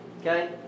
Okay